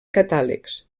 catàlegs